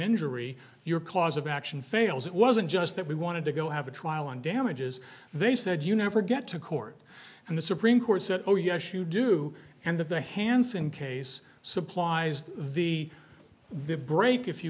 injury your cause of action fails it wasn't just that we wanted to go have a trial on damages they said you never get to court and the supreme court said oh yes you do and that the hanssen case supplies the v the break if you